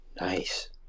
Nice